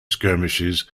skirmishes